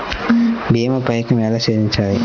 భీమా పైకం ఎలా చెల్లించాలి?